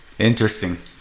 interesting